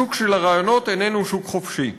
השוק של הרעיונות איננו שוק חופשי.